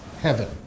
heaven